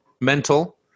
mental